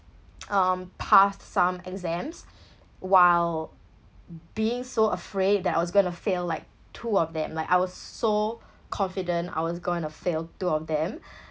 um passed some exams while being so afraid that I was gonna fail like two of them like I was so confident I was gonna failed two of them